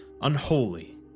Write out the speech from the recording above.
unholy